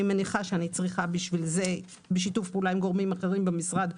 אני מניחה שאני צריכה בשביל זה בשיתוף פעולה עם גורמים אחרים במשרד,